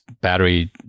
battery